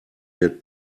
der